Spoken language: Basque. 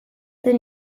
den